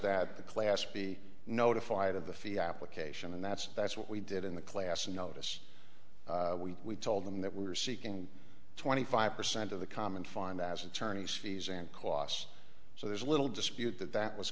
the class be notified of the fee application and that's that's what we did in the class and notice we told them that we're seeking twenty five percent of the common find as attorneys fees and costs so there's little dispute that that was